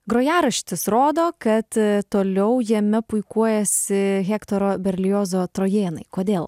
grojaraštis rodo kad toliau jame puikuojasi hektoro berliozo trojėnai kodėl